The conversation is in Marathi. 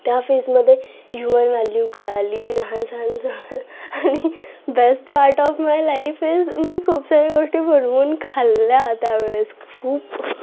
त्या फेजमध्ये ह्युमन व्हॅल्यू कळली रहानसहान कळलं आणि best part of my life is मी खूप साऱ्या गोष्टी बनवून खाल्ल्या त्यावेळेस खूप